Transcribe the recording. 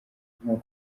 nko